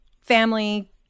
family